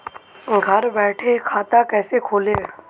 घर बैठे खाता कैसे खोलें?